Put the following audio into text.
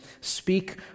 speak